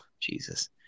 Jesus